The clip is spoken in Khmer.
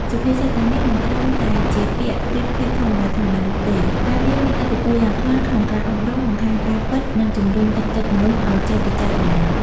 សុភាសិតទាំងនេះមិនត្រឹមតែជាពាក្យប្រៀបធៀបធម្មតាៗនោះទេ តែវាមានឥទ្ធិពលយ៉ាងខ្លាំងក្នុងការអប់រំ បង្ហាញការពិត និងជំរុញទឹកចិត្តមនុស្សឲ្យចេះពិចារណា។